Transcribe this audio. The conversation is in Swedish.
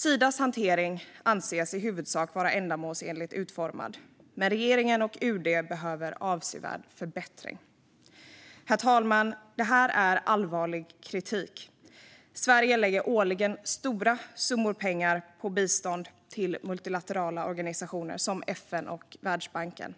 Sidas hantering anses i huvudsak vara ändamålsenligt utformad, men regeringen och UD behöver avsevärd förbättring. Herr talman! Det här är allvarlig kritik. Sverige lägger årligen stora summor pengar på bistånd till multilaterala organisationer, som FN och Världsbanken.